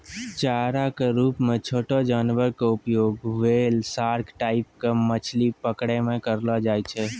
चारा के रूप मॅ छोटो जानवर के उपयोग व्हेल, सार्क टाइप के मछली पकड़ै मॅ करलो जाय छै